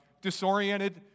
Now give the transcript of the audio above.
Disoriented